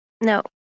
No